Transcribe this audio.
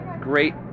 great